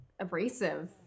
abrasive